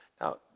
Now